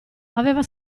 aveva